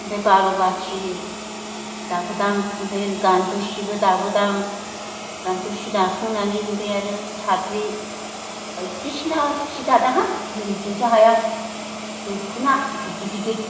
ओमफ्राय बार' बाथि दाबोदों आं ओमफ्राय गान्दु सिबो दाबोदों आं गान्दु सि दाखांनानै ओमफ्राय आरो साद्रि बायदिसिना सि दादोंहाय आं बुंस'नोसो हाया दखना गिदिर गिदिर